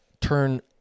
turn